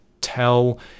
tell